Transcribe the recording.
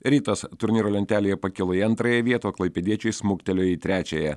rytas turnyro lentelėje pakilo į antrąją vietą o klaipėdiečiai smuktelėjo į trečiąją